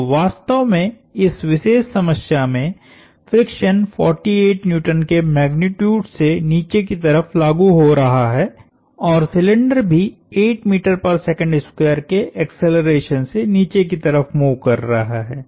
तो वास्तव में इस विशेष समस्या में फ्रिक्शन 48 N के मैग्नीट्यूड से नीचे की तरफ लागु हो रहा है और सिलिंडर भीके एक्सेलरेशन से नीचे की तरफ मूव कर रहा है